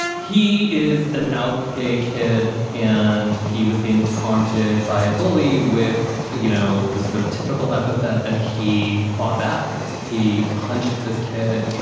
he is an out gay kid and he was being taunted by a bully with you know the sort of typical epithet. and he fought back. he punched this kid. yeah